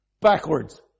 Backwards